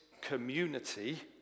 community